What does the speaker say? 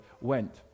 went